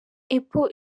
apple